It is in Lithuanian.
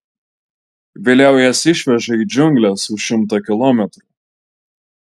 vėliau jas išveža į džiungles už šimto kilometrų